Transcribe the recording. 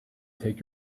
take